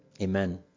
amen